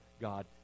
God